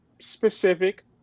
specific